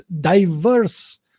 diverse